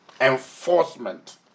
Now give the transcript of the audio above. enforcement